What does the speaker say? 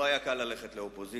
לא היה קל ללכת לאופוזיציה.